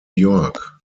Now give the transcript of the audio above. york